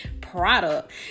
product